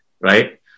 right